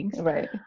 Right